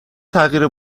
تغییر